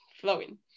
flowing